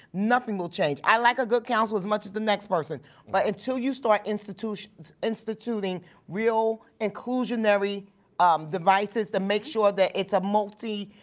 nothing will change i like a good counsel as much as the next person but until you start institutions instituting real inclusionary devices to make sure that it's a multi,